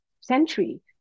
century